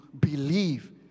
believe